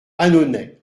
annonay